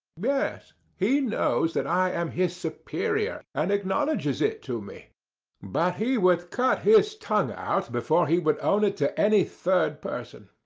yes. he knows that i am his superior, and acknowledges it to me but he would cut his tongue out before he would own it to any third person.